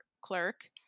clerk